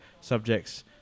subjects